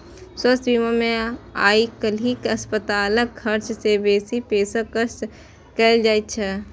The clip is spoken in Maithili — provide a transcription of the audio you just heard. स्वास्थ्य बीमा मे आइकाल्हि अस्पतालक खर्च सं बेसी के पेशकश कैल जाइ छै